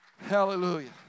hallelujah